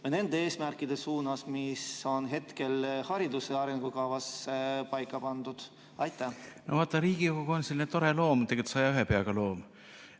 nende eesmärkide suunas, mis on hetkel hariduse arengukavas paika pandud? No vaata, Riigikogu on selline tore loom, tegelikult 101 peaga loom,